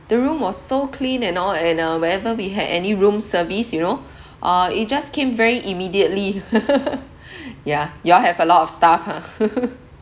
the room was so clean and all and uh whenever we had any room service you know uh it just came very immediately yeah you all have a lot of staff ha